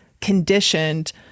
conditioned